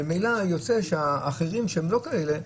ממילא יוצא שהאחרים שהם לא כאלה,